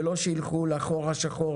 ולא שילכו לחור השחור